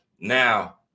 Now